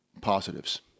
Positives